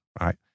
right